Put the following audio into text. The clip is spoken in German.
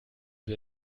wir